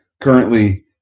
currently –